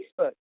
Facebook